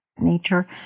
nature